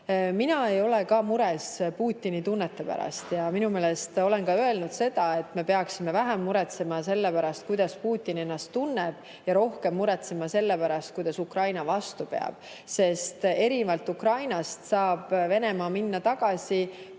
mina ei ole mures Putini tunnete pärast. Olen öelnud sedagi, et me peaksime vähem muretsema selle pärast, kuidas Putin ennast tunneb, ja rohkem muretsema selle pärast, kuidas Ukraina vastu peab. Erinevalt Ukrainast saab Venemaa minna tagasi